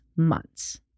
Months